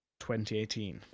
2018